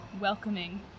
welcoming